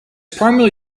primarily